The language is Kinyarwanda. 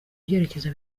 byerekezo